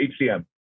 HCM